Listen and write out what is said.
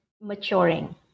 maturing